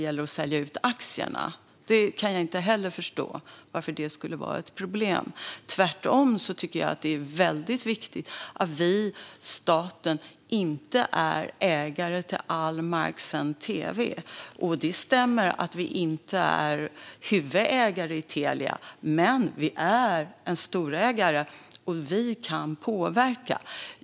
Jag förstår inte varför det skulle vara ett problem. Tvärtom tycker jag att det är väldigt viktigt att staten inte är ägare till all marksänd tv. Det stämmer att vi inte är huvudägare i Telia, men vi är en storägare och kan påverka.